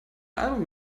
album